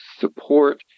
Support